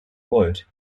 court